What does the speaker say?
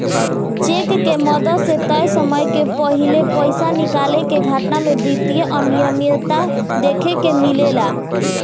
check के मदद से तय समय के पाहिले पइसा निकाले के घटना में वित्तीय अनिमियता देखे के मिलेला